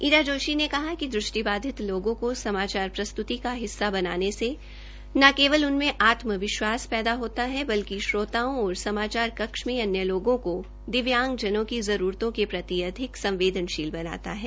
ईरा जोशी ने कहा कि दृष्टिबाधित लोगों को समाचार प्रस्तृति का हिस्सा बनाने से न केवल उनमें आत्म विश्वास पैदा होता है बल्कि श्रोताओं और समाचार कक्ष में अन्य लोगों को दिव्यांगजनों की जरूरतों के प्रति अधिक संवेदनशील बनाता है